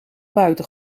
buiten